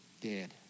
dead